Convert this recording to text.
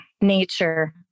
nature